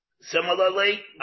Similarly